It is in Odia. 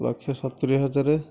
ଲକ୍ଷେ ସତୁରି ହଜାର